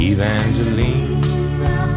Evangeline